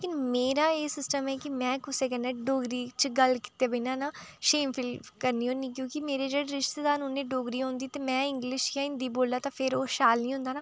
लेकिन मेरा एह् सिस्टम ऐ की में कुसै कन्नै डोगरी च गल्ल कीते बिना ना शेम फील करनी होनी क्योंकि मेरे जेह्ड़े रिश्तेदार न उ'नें ई डोगरी औंदी ते में इंग्लिश जां हिंदी बोला तां ओह् फिर ओह् शैल निं होंदा